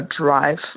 drive